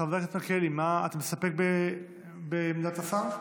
חבר הכנסת מלכיאלי, אתה מסתפק בעמדת השר?